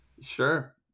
Sure